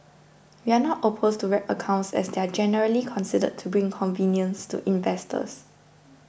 we are not opposed to wrap accounts as they are generally considered to bring convenience to investors